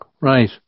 Right